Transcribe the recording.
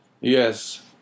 Yes